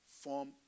form